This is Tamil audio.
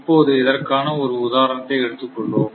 இப்போது இதற்காக ஒரு உதாரணத்தை எடுத்துக் கொள்வோம்